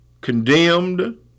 Condemned